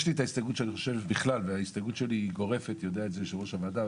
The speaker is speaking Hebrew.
יש לי הסתייגות גורפת יודע את זה יושב-ראש הוועדה,